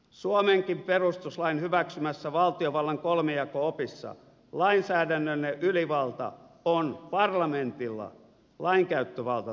suomenkin perustuslain hyväksymässä valtiovallan kolmijako opissa lainsäädännöllinen ylivalta on parlamentilla lainkäyttövalta tuomioistuimilla